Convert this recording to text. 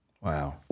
Wow